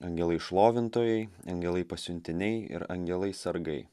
angelai šlovintojai angelai pasiuntiniai ir angelai sargai